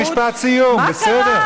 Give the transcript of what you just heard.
רק משפט סיום, בסדר, גמרנו.